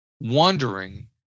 wondering